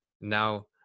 now